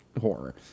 horror